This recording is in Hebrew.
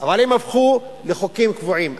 אבל הם הפכו לחוקים קבועים.